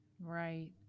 Right